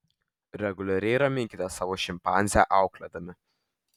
reguliariai raminkite savo šimpanzę auklėdami